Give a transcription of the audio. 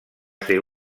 ser